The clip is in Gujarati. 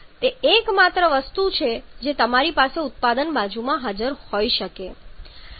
તે એકમાત્ર વસ્તુ છે જે તમારી પાસે ઉત્પાદન બાજુ પર હોઈ શકે છે